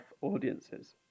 audiences